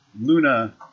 Luna